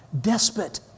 Despot